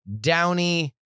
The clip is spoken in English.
downy